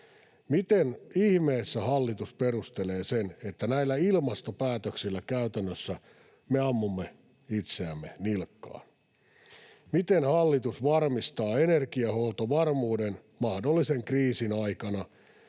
Miten ihmeessä hallitus perustelee sen, että näillä ilmastopäätöksillä me käytännössä ammumme itseämme nilkkaan? Miten hallitus varmistaa energiahuoltovarmuuden mahdollisen kriisin aikana,